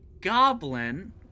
goblin